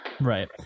right